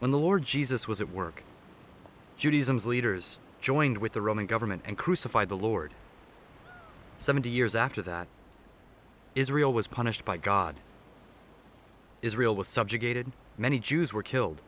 when the lord jesus was at work judaism as leaders joined with the roman government and crucified the lord seventy years after that israel was punished by god israel was subjugated many jews were killed